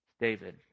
David